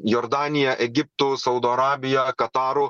jordanija egiptu saudo arabija kataru